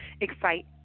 excite